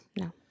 No